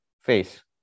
face